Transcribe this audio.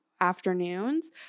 afternoons